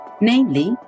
Namely